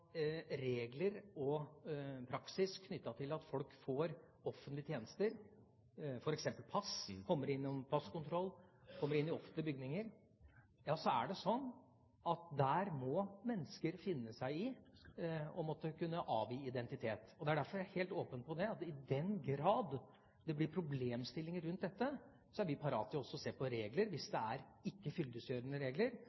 regler og praksis knyttet til at folk får offentlige tjenester – f.eks. pass, at de kommer innom passkontroll, kommer inn i offentlige bygninger – så er det sånn at der må mennesker finne seg i å måtte avgi identitet. Derfor er jeg helt åpen på at i den grad det blir problemstillinger rundt dette, er vi parat til å se på regler hvis